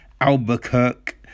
Albuquerque